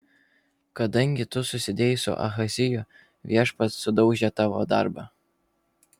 kadangi tu susidėjai su ahaziju viešpats sudaužė tavo darbą